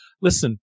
listen